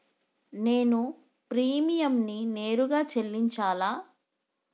నేను ప్రీమియంని నేరుగా చెల్లించాలా?